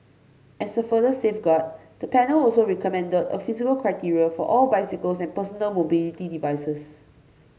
as a further safeguard the panel also recommended a physical criteria for all bicycles and personal mobility devices